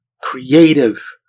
creative